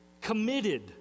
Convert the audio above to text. committed